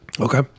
Okay